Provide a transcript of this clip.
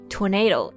Tornado